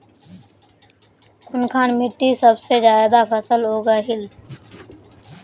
कुनखान मिट्टी सबसे ज्यादा फसल उगहिल?